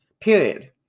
period